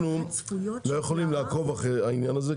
אנחנו לא יכולים לעקוב אחרי העניין הזה,